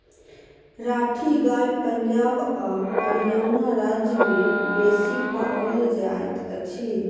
राठी गाय पंजाब आ हरयाणा राज्य में बेसी पाओल जाइत अछि